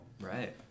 Right